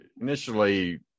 initially